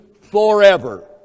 forever